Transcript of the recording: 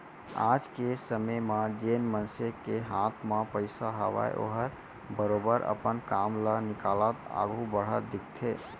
आज के समे म जेन मनसे के हाथ म पइसा हावय ओहर बरोबर अपन काम ल निकालत आघू बढ़त दिखथे